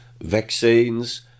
Vaccines